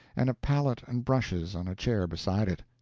and a palette and brushes on a chair beside it.